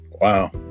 wow